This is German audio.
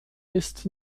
ist